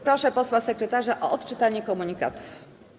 Proszę posła sekretarza o odczytanie komunikatów.